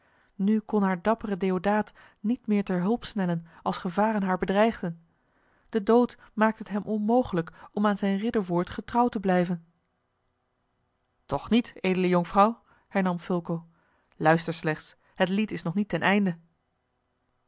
nu kon haar dappere deodaar niet meer ter hulp snellen als gevaren haar bedreigden de dood maakte het hem onmogelijk om aan zijn ridderwoord getrouw te blijven toch niet edele jonkvrouw hernam fulco luister slechts het lied is nog niet ten einde